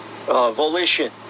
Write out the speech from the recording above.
Volition